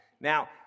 Now